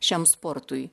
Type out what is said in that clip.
šiam sportui